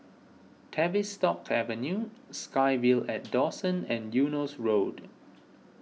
Tavistock Avenue SkyVille at Dawson and Eunos Road